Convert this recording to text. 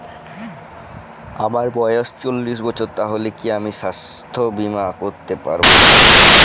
আমার বয়স চল্লিশ বছর তাহলে কি আমি সাস্থ্য বীমা করতে পারবো?